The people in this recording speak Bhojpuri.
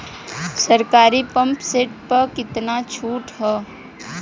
सरकारी पंप सेट प कितना छूट हैं?